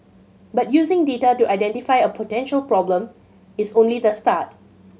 but using data to identify a potential problem is only the start